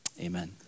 Amen